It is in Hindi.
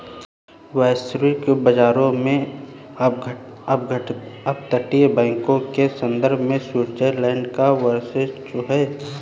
वैश्विक बाजार में अपतटीय बैंक के संदर्भ में स्विट्जरलैंड का वर्चस्व है